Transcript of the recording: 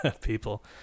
people